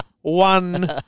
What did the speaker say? one